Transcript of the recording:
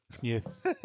Yes